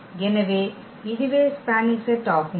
எனவே இதுவே spanning set ஆகும்